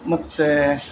ಮತ್ತು